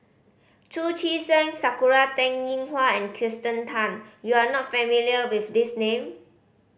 Chu Chee Seng Sakura Teng Ying Hua and Kirsten Tan you are not familiar with these name